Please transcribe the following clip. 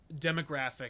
demographic